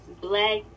black